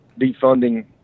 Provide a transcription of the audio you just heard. defunding